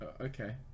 Okay